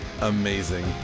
Amazing